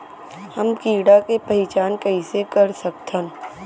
हम कीड़ा के पहिचान कईसे कर सकथन